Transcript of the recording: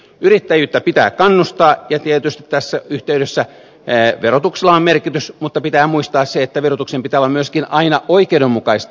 yrittäjyyttä pitää kannustaa ja tietysti tässä yhteydessä verotuksella on merkitys mutta pitää muistaa se että verotuksen pitää olla myöskin aina oikeudenmukaista